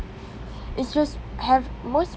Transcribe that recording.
it's just have most